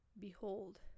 behold